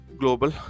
global